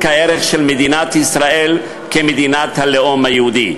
הערך של מדינת ישראל כמדינת הלאום היהודי.